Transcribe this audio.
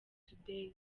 today